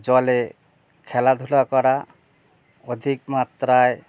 জলে খেলাধুলা করা অধিক মাত্রায়